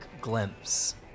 glimpse